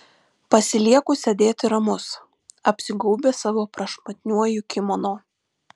pasilieku sėdėti ramus apsigaubęs savo prašmatniuoju kimono